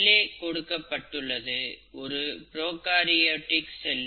மேலே கொடுக்கப்பட்டது ஒரு ப்ரோகாரியோட் செல்